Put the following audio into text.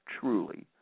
truly